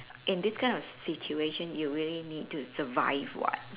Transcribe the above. in this kind of situation you really need to survive [what]